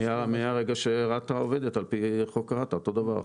מהרגע שרת"א עובדת על פי חוק רת"א, אותו דבר.